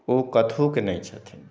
ओ कथु के नहि छथिन